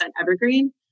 evergreen